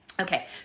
Okay